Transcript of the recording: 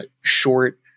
short